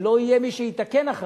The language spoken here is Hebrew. שלא יהיה מי שיתקן אחריך.